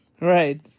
Right